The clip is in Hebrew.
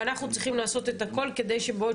ואנחנו צריכים לעשות את הכול כדי שבעוד